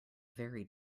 very